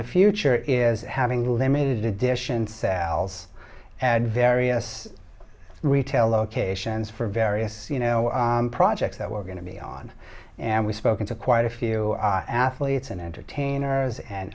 the future is having a limb in addition sal's had various retail locations for various you know projects that we're going to be on and we've spoken to quite a few athletes and entertainers and